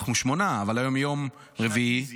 אנחנו שמונה, אבל היום יום רביעי, חמישי,